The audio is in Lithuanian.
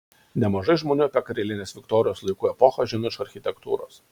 nemažai žmonių apie karalienės viktorijos laikų epochą žino iš architektūros